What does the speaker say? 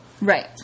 Right